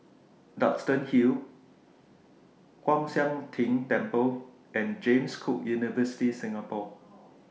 Duxton Hill Kwan Siang Tng Temple and James Cook University Singapore